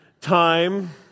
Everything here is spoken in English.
time